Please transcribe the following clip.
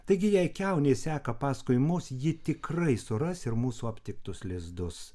taigi jei kiaunė seka paskui mus ji tikrai suras ir mūsų aptiktus lizdus